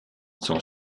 son